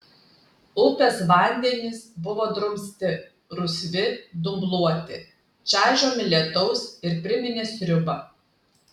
upės vandenys buvo drumsti rusvi dumbluoti čaižomi lietaus ir priminė sriubą